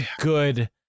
good